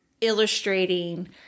illustrating